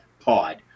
Pod